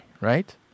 right